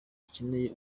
akeneye